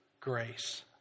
grace